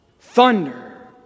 Thunder